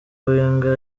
wenger